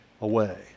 away